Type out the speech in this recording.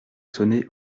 sonner